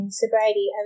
sobriety